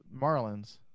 Marlins